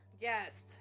Yes